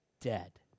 dead